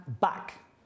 back